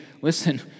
listen